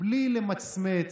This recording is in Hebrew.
בלי למצמץ,